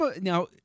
Now